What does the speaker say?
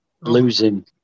losing